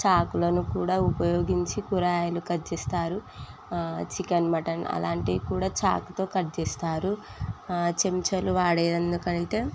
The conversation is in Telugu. చాకులను కూడా ఉపయోగించి కూరగాయలు కట్ చేస్తారు చికన్ మటన్ అలాంటివి కూడా చాకుతో కట్ చేస్తారు చెంచాలు వాడేది ఎందుకంటే